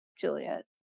Juliet